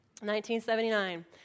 1979